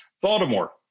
Baltimore